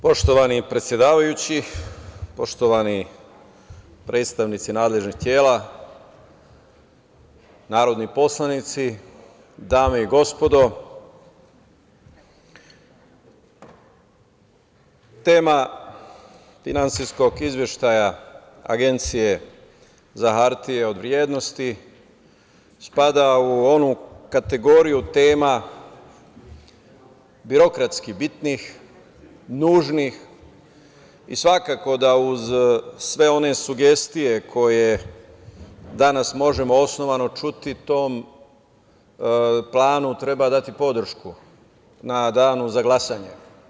Poštovani predsedavajući, poštovani predstavnici nadležnih tela, dame i gospodo narodni poslanici, tema Finansijskog izveštaja Agencije za hartije od vrednosti spada u onu kategoriju tema birokratskih, bitnih, nužnih i svakako da uz sve one sugestije koje danas možemo osnovano čuti, tom planu treba dati podršku u danu za glasanje.